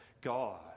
God